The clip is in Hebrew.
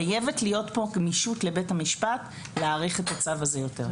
חייבת להיות פה גמישות לבית המשפט להאריך את הצו הזה יותר,